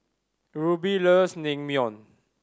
Ruby loves Naengmyeon